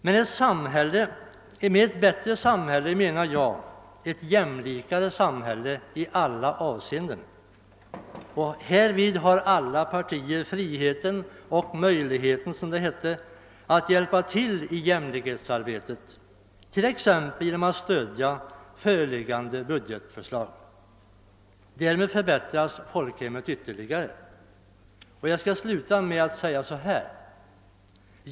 Med ett bättre samhälle menar jag ett i alla avseenden jämlikare samhälle. Alla partier har friheten och möjligheten att hjälpa till i jämlikhetsarbetet, t.ex. genom att stödja föreliggande budgetförslag. Därmed förbättras folkhemmet ytterligare.